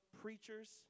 preachers